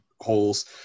holes